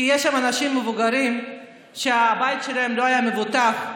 כי יש שם אנשים מבוגרים שהבית שלהם לא היה מבוטח,